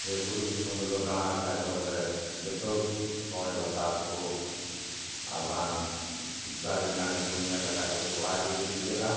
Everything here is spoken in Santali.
ᱡᱮ ᱵᱩᱨᱩ ᱫᱤᱥᱚᱢ ᱨᱮᱫᱚ ᱫᱟᱬᱟ ᱞᱮᱠᱷᱟᱱ ᱫᱚ ᱵᱚᱞᱮ ᱡᱷᱚᱛᱚ ᱜᱮ ᱦᱚᱭ ᱵᱟᱛᱟᱥ ᱠᱚ ᱟᱨ ᱵᱟᱝ ᱫᱟᱨᱮ ᱱᱟᱹᱲᱤ ᱠᱚ ᱧᱮᱞ ᱞᱮᱠᱷᱟᱱ ᱫᱚ ᱥᱚᱵᱷᱟᱜᱮ ᱟᱹᱭᱠᱟᱹᱜᱼᱟ